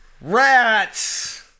Rats